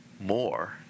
more